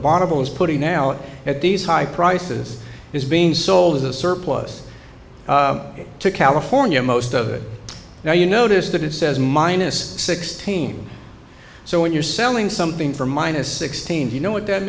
is putting out at these high prices is being sold as a surplus to california most of it now you notice that it says minus sixteen so when you're selling something for minus sixteen you know what that